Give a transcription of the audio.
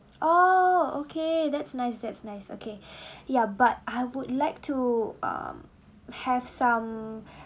oh okay that's nice that's nice okay ya but I would like to um have some